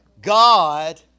God